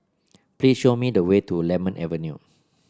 please show me the way to Lemon Avenue